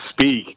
speak